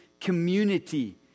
community